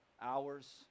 hours